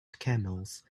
camels